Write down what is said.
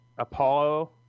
Apollo